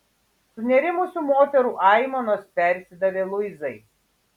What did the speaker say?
sunerimusių moterų aimanos persidavė luizai